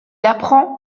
apprend